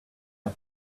let